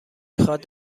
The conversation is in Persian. خواد